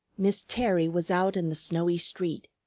miss terry was out in the snowy street.